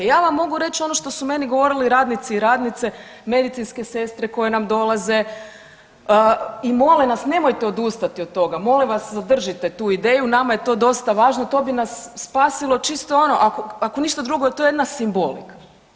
Ja vam mogu reći ono što su meni govorile radnici i radnice medicinske sestre koje nam dolaze i mole nas nemojte odustati od toga, molim vam vas zadržite tu ideju nama je to dosta važno to bi nas spasilo čisto ono ako ništa drugo to je jedna simbolika.